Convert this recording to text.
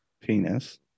penis